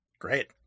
Great